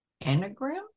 Anagram